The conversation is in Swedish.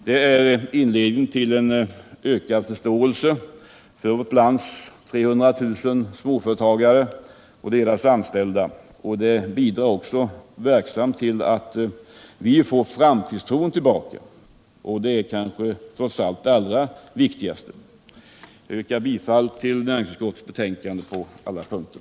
Det är inledningen till en ökad förståelse för vårt lands 300 000 småföretagare och deras anställda, och det bidrar också verksamt till att vi får framtidstron tillbaka — och det är kanske trots allt det allra viktigaste. Jag yrkar bifall till näringsutskottets hemställan på alla punkter.